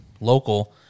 local